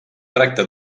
tracta